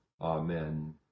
Amen